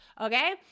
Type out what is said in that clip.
okay